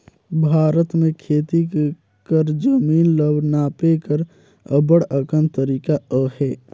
भारत में खेती कर जमीन ल नापे कर अब्बड़ अकन तरीका अहे